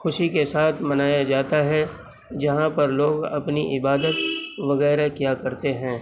خوشی کے ساتھ منایا جاتا ہے جہاں پر لوگ اپنی عبادت وغیرہ کیا کرتے ہیں